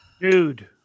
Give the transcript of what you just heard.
Dude